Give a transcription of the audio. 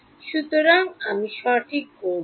সুতরাং আমি সঠিক করব